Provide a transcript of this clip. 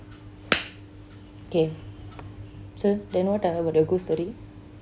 okay so then what ah about the ghost story